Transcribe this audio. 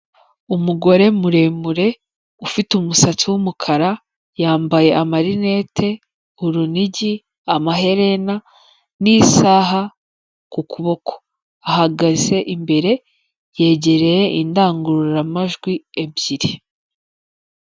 Umugore muremure ufite umusatsi w'umukara, yambaye amarinete, urunigi, amaherena n'isaha ku kuboko, ahagaze imbere yegereye indangururamajwi ebyiri.